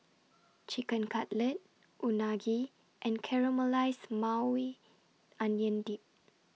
Chicken Cutlet Unagi and Caramelized Maui Onion Dip